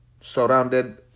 surrounded